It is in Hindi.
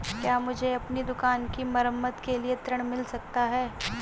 क्या मुझे अपनी दुकान की मरम्मत के लिए ऋण मिल सकता है?